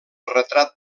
retrat